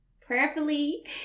prayerfully